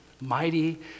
mighty